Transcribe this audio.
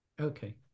Okay